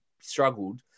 struggled